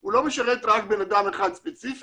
הוא לא משרת רק אדם אחד ספציפית